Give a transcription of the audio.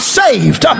saved